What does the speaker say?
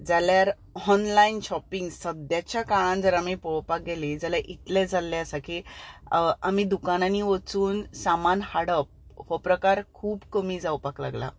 जाल्यार online shopping सद्याच्या काळांत जर आमी पळोवपाक गेलीं जाल्यार इतलें जाल्लें आसा की आमी दुकानांनी वचून सामान हाडप हो प्रकार खूब कमी जावपाक लागला